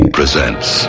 presents